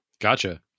Gotcha